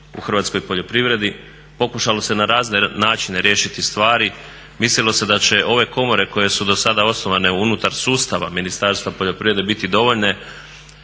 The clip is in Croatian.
u hrvatskoj poljoprivredi. Pokušalo se na razne načine riješiti stvari. Mislilo se da će ove komore koje su do sada osnovane unutar sustava Ministarstva poljoprivrede biti dovoljne.